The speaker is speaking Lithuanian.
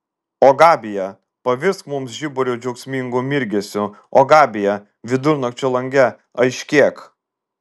o gabija pavirsk mums žiburio džiaugsmingu mirgesiu o gabija vidurnakčio lange aiškėk